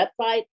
website